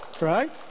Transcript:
Right